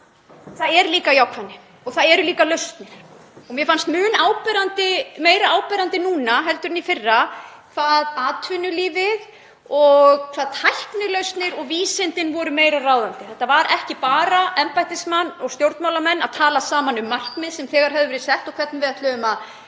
það er líka jákvæðni og það eru líka lausnir. Mér fannst mun meira áberandi nú en í fyrra að atvinnulífið og vísindin, með tæknilausnir, voru meira ráðandi. Þetta voru ekki bara embættismenn og stjórnmálamenn að tala saman um markmið sem þegar höfðu verið sett og hvernig við ætluðum að